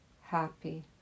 happy